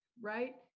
right